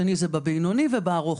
בבינוני ובארוך.